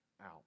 out